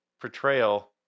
portrayal